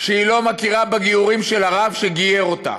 שהיא לא מכירה בגיורים של הרב שגייר אותה.